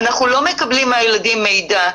אנחנו לא מקבלים מהילדים מידע,